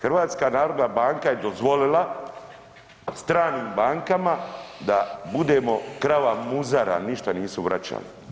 HNB je dozvolila stranim bankama da budemo krava muzara, ništa nisu vraćali.